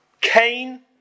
Cain